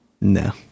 No